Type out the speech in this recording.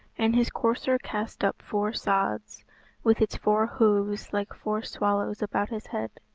and his courser cast up four sods with its four hoofs like four swallows about his head.